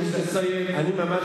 אני מבקש לסיים.